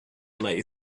lay